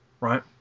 right